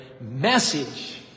message